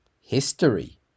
history